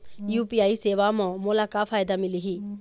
UPI सेवा म मोला का फायदा मिलही?